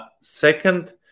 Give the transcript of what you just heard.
Second